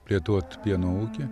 plėtot pieno ūkį